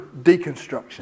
deconstruction